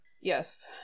Yes